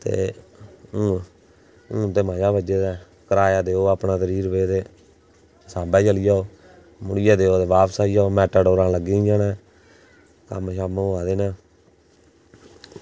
ते हून हून मज़ा बज्झे दा ऐ किराया देओ अपना त्रीह् रपेऽ ते सांबा चली जाओ मुड़ियै बेही जाओ ते बापस आई जाओ मेटाडोर ल्ग्गी दियां न कम्म होआ दे न